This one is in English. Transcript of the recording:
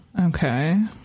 Okay